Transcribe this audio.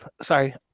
Sorry